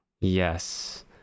Yes